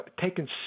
taken